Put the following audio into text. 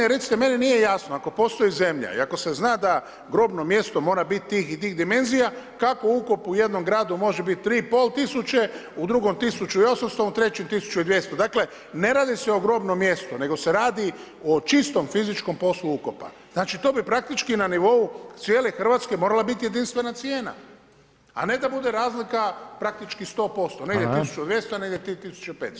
I recite meni nije jasno ako postoji zemlja i ako se zna da grobno mjesto mora biti tih i tih dimenzija, kako ukop u jednom gradu može biti 3500 u drugom 1800 u trećem 1200. dakle ne radi se o grobnom mjestu nego se radi o čistom fizičkom poslu ukopa, znači to bi praktički na nivou cijele Hrvatske morala biti jedinstvena cijena, a ne da bude razlika praktički 100%, negdje 1200, a negdje 3500.